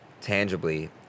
tangibly